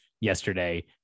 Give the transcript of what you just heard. yesterday